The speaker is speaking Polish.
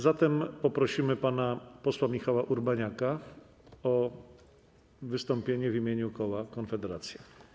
Zatem poprosimy pana posła Michała Urbaniaka o wystąpienie w imieniu koła Konfederacja.